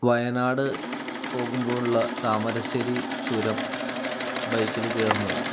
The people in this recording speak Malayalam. വയനാട് പോകുമ്പോളുള്ള താമരശ്ശേരി ചുരം ബൈക്കിൽ കയറുന്നതാണ്